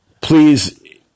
Please